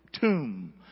tomb